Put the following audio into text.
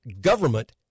government